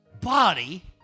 body